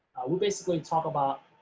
we basically talk about